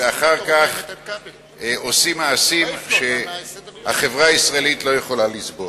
ואחר כך עושים מעשים שהחברה הישראלית לא יכולה לסבול.